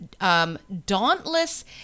Dauntless